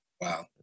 Wow